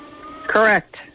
Correct